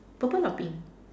purple or pink